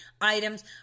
items